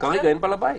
כרגע אין בעל הבית.